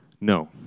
No